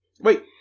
Wait